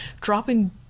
dropping